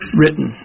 written